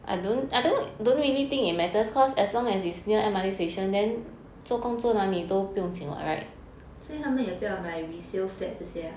所以他们也不要买 resale flat 这些 ah